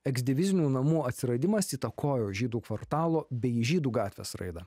eksdivizinių namų atsiradimas įtakojo žydų kvartalo bei žydų gatvės raidą